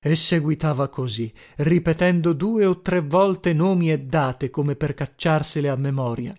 e seguitava così ripetendo due o tre volte nomi e date come per cacciarsele a memoria